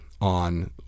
on